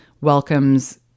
welcomes